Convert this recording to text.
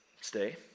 Stay